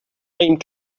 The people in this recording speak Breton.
aimp